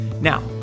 Now